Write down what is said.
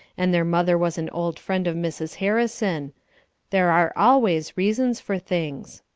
and their mother was an old friend of mrs. harrison there are always reasons for things.